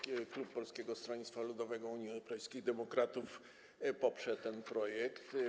Klub Polskiego Stronnictwa Ludowego - Unii Europejskich Demokratów poprze ten projekt.